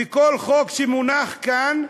וכל חוק שמונח כאן,